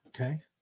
Okay